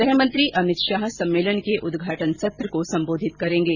गृह मंत्री अमित शाह सम्मेलन के उद्घाटन सत्र को संबोधित करेंगे